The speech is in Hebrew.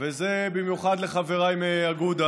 וזה במיוחד לחבריי מאגודה,